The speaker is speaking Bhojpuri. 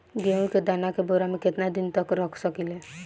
गेहूं के दाना के बोरा में केतना दिन तक रख सकिले?